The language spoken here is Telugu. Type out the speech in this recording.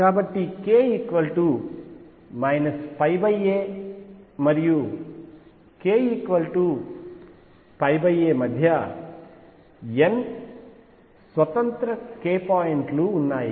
కాబట్టి k a మరియు k a మధ్య n స్వతంత్ర k పాయింట్ లు ఉన్నాయి